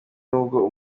n’ubwo